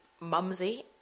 mumsy